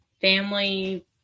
family